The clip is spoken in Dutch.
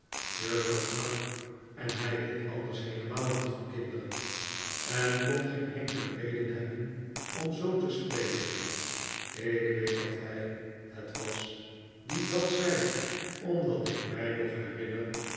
juffrouw knag en hij hield anders heelemaal niet van kinderen en kon geen enkele reden hebben om zoo te spreken ik weet dat hij het was die dat zei omdat ik mij nog herinner